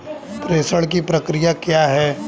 प्रेषण की प्रक्रिया क्या है?